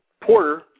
Porter